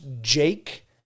jake